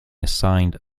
assigned